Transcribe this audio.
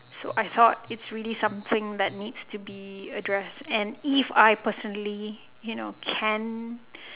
so I thought it's really something that needs to be addressed and if I personally you know can